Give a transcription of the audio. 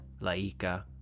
Laika